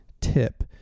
tip